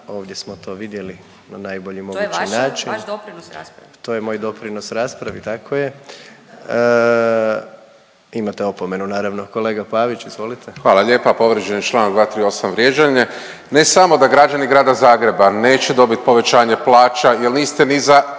ovdje smo to vidjeli na najbolji mogući način. …/Upadica Kekin: To je vaš doprinos raspravi?/… To je moj doprinos raspravi tako je, imate opomenu naravno. Kolega Pavić izvolite. **Pavić, Marko (HDZ)** Hvala lijepa. Povrijeđen je čl. 238. vrijeđanje. Ne samo da građani Grada Zagreba neće dobit povećanje plaća jer niste ni za